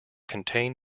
contain